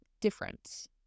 difference